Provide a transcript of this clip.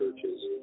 churches